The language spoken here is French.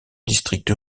district